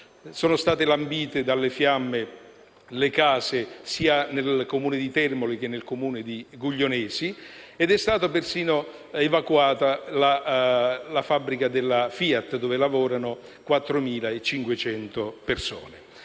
Sono state lambite dalle fiamme le case sia nel Comune di Termoli, sia nel Comune di Guglionesi ed è stata persino evacuata la fabbrica della FIAT, dove lavorano 4.500 persone.